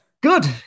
Good